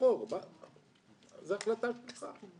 זו החלטה שלך.